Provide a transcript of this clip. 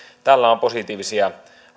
tällä on positiivisia